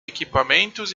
equipamentos